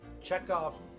Chekhov